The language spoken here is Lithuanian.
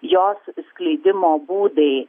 jos skleidimo būdai